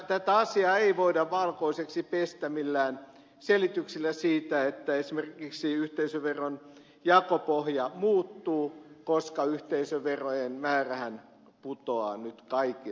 tätä asiaa ei voida valkoiseksi pestä millään selityksillä siitä että esimerkiksi yhteisöveron jakopohja muuttuu koska yhteisöverojen määrähän putoaa nyt kaikilla